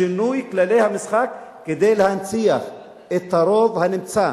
שינוי כללי המשחק כדי להנציח את הרוב הנמצא.